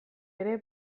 ere